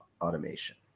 automation